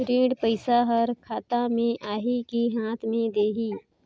ऋण पइसा हर खाता मे आही की हाथ मे देही?